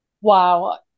Wow